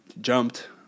jumped